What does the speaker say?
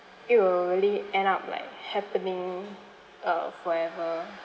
it will really end up like happening uh forever